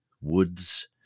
Woods